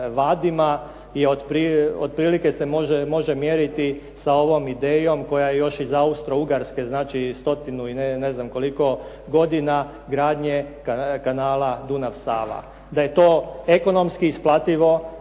otprilike se može mjeriti sa ovom idejom koja je još iz Austro-Ugarske, znači stotinu i ne znam koliko godina gradnje kanala Dunav-Sava. Da je to ekonomski isplativo,